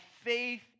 faith